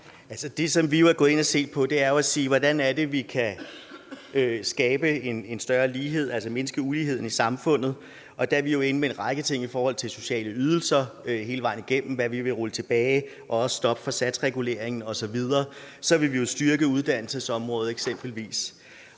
det og har sagt: Hvordan er det, at vi kan skabe en større lighed, altså mindske uligheden i samfundet? Og der er vi jo endt med en række ting i forhold til sociale ydelser, og hvad vi hele vejen igennem vil rulle tilbage, og et stop for satsreguleringen osv., og så vil vi styrke uddannelsesområdet eksempelvis.